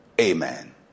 Amen